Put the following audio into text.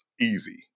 easy